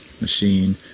machine